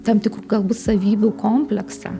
tam tikrų galbūt savybių kompleksą